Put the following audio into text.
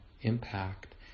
impact